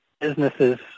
businesses